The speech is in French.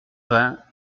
vingt